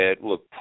look